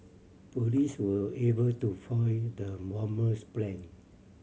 police were able to foil the bomber's plan